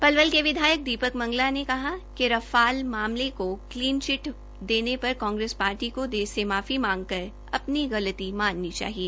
पलवल के विधायक दीपक मंगला ने कहा कि रफाल सौदे को क्लीन चिट देने पर कांग्रेस पार्टी को देश से माफी मांग कर अपनी गलती माननी चाहिए